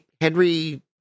Henry